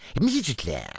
immediately